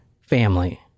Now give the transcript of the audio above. family